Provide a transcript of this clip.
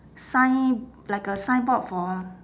sign like a signboard for